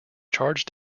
charge